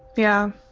yeah,